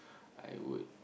I would